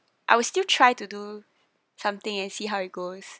I will still try to do something and see how it goes